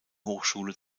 hochschule